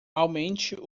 aumente